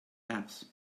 apps